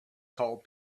call